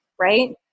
right